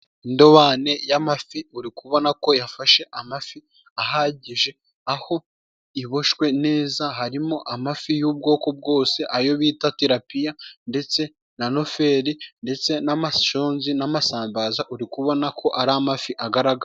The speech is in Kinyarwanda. Indobane y'amafi uri kubona ko yafashe amafi ahagije aho iboshwe neza harimo amafi y'ubwoko bwose ayo bita tirapiya ndetse na noferi ndetse n'amashonzi n'amasambaza uri kubona ko ari amafi agaragara.